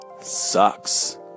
sucks